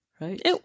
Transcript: right